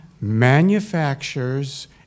manufactures